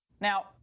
Now